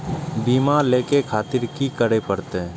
बीमा लेके खातिर की करें परतें?